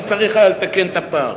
כי היה צריך לתקן את הפער?